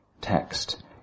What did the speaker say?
text